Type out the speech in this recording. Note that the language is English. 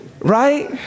Right